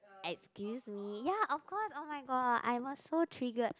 excuse me ya of course oh-my-god I was so triggered